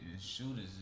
shooters